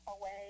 Away